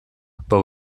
but